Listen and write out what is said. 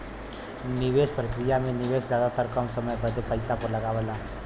निवेस प्रक्रिया मे निवेशक जादातर कम समय बदे पइसा लगावेला